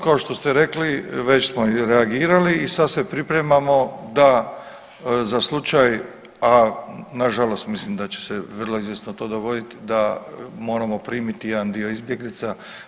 Kao što ste rekli već smo reagirali i sad se pripremamo da za slučaj, a na žalost mislim da će se vrlo izvjesno to dogoditi da moramo primiti jedan dio izbjeglica.